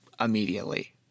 immediately